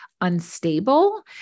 unstable